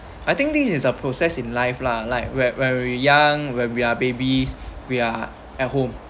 I think this is a process in life lah like when when we young when we are babies we are at home